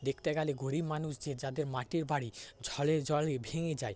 দেখতে গেলে গরিব মানুষ যে যাদের মাটির বাড়ি ঝড়ে জলে ভেঙে যায়